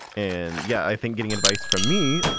and yeah, i think getting advice from me,